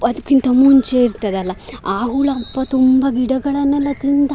ಅದಕ್ಕಿಂತ ಮುಂಚೆ ಇರ್ತದಲ್ಲ ಆ ಹುಳಪ್ಪಾ ತುಂಬ ಗಿಡಗಳನ್ನೆಲ್ಲ ತಿಂತಾ